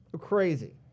Crazy